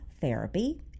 therapy